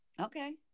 okay